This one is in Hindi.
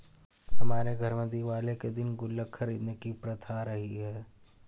हमारे घर में दिवाली के दिन गुल्लक खरीदने की प्रथा रही है